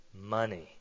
money